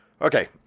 Okay